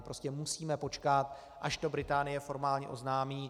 Prostě musíme počkat, až to Británie formálně oznámí.